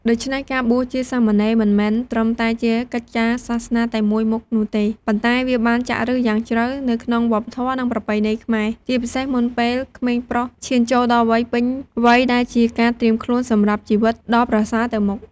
ដូច្នេះ ការបួសជាសាមណេរមិនមែនត្រឹមតែជាកិច្ចការសាសនាតែមួយមុខនោះទេ ប៉ុន្តែវាបានចាក់ឫសយ៉ាងជ្រៅនៅក្នុងវប្បធម៌ និងប្រពៃណីខ្មែរ ជាពិសេសមុនពេលក្មេងប្រុសឈានចូលដល់វ័យពេញវ័យ ដែលជាការត្រៀមខ្លួនសម្រាប់ជីវិតដ៏ប្រសើរទៅមុខ។